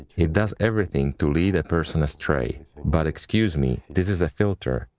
it does everything to lead a person astray. but, excuse me, this is a filter,